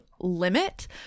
limit